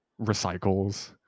recycles